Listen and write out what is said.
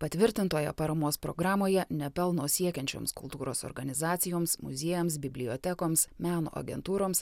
patvirtintoje paramos programoje nepelno siekiančioms kultūros organizacijoms muziejams bibliotekoms meno agentūroms